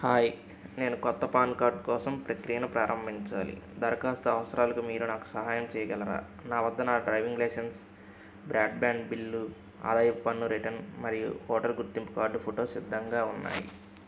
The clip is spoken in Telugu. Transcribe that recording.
హాయ్ నేను క్రొత్త పాన్ కార్డు కోసం ప్రక్రియను ప్రారంభించాలి దరఖాస్తు అవసరాలకు మీరు నాకు సహాయం చేయగలరా నా వద్ద నా డ్రైవింగ్ లైసెన్స్ బ్రాడ్బ్యాండ్ బిల్లు ఆదాయపు పన్ను రిటర్న్ మరియు ఓటరు గుర్తింపు కార్డు ఫోటో సిద్ధంగా ఉన్నాయి